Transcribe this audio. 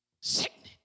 Sickening